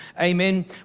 amen